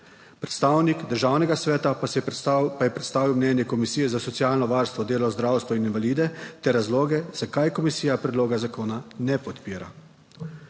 Predstavnik Državnega sveta pa je predstavil mnenje Komisije za socialno varstvo, delo, zdravstvo in invalide ter razloge zakaj komisija predloga zakona ne podpira.